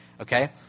Okay